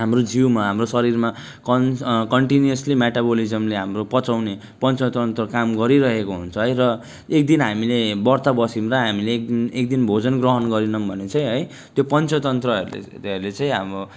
हाम्रो जिउमा हाम्रो शरीरमा कन कन्टिनिउसली मेटाबलिज्मले हाम्रो पचाउने पाचनतन्त्र काम गरिरहेको हुन्छ है र एक दिन हामीले व्रत बसिँदा हामीले एक दिन एक दिन भोजन ग्रहण गरेनौँ भने चाहिँ है त्यो पाचनतन्त्रहरूले चाहिँ हाम्रो पाचन